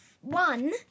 one